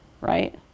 right